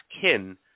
kin